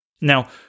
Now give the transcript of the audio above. Now